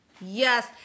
Yes